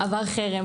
עבר חרם,